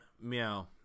meow